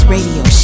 Radio